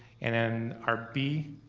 and then our b,